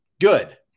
good